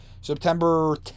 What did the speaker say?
September